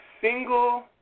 single